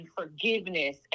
forgiveness